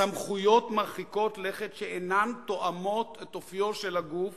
סמכויות מרחיקות לכת שאינן תואמות את אופיו של הגוף